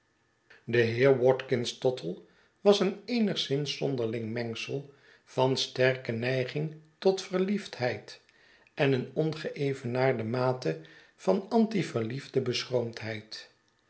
de heer watkins tottle was een eenigszins zonderling mengsel van sterke neiging tot verliefdheid en een ongeevenaarde mate van antiverliefde